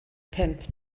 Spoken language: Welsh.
pump